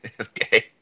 okay